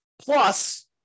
Plus